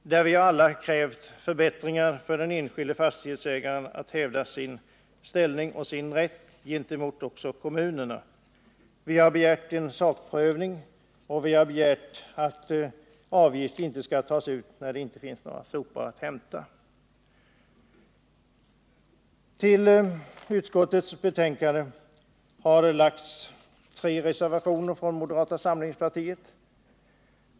Här har vi alla krävt förbättringar av den enskilda fastighetsägarens möjlighet att hävda sin ställning och sin rätt gentemot kommunerna. Vi har begärt en sakprövning och har begärt att avgift inte skall tas ut när det inte finns några sopor att hämta. Vid utskottets betänkande har fogats tre reservationer från moderata samlingspartiet.